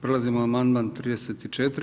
Prelazimo na amandman 34.